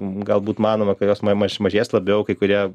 galbūt manoma kad jos ma mažės labiau kai kurie